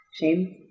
Shame